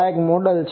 તો આ એક મોડેલ છે